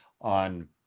on